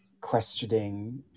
questioning